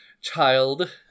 child